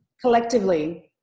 collectively